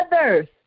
others